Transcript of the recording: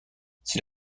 c’est